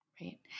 Right